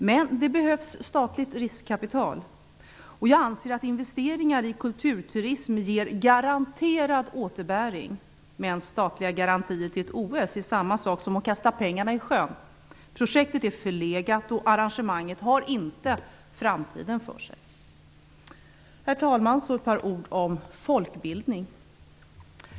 Men det behövs statligt riskkapital. Jag anser att investeringar i kulturturism ger garanterad återbäring. Men statliga garantier till ett OS är samma sak som att kasta pengarna i sjön. Projektet är förlegat och arrangemanget har inte framtiden för sig. Så ett par ord om folkbildning.